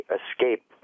escape